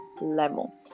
level